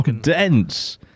Dense